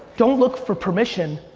don't look for permission,